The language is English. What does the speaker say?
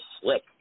slick